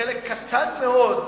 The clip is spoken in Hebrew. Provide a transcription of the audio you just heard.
בחלק קטן מאוד,